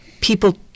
people